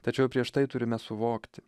tačiau prieš tai turime suvokti